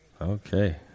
Okay